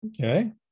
okay